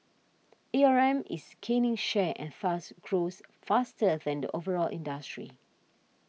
A R M is gaining share and thus grows faster than the overall industry